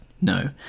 No